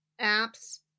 apps